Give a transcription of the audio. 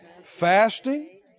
Fasting